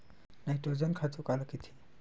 Nitrogen खातु काला कहिथे?